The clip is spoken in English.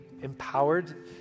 empowered